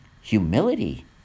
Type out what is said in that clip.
Humility